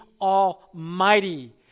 Almighty